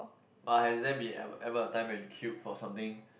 but has there been ever ever a time when you queued for something